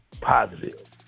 positive